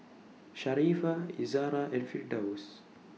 Sharifah Izzara and Firdaus